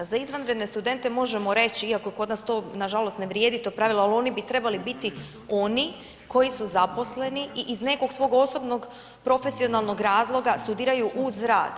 Za izvanredne studente možemo reći, iako kod nas to nažalost ne vrijedi to pravilo, ali oni bi trebali biti oni koji su zaposleni i iz nekog svog osobnog profesionalnog razloga studiraju uz rad.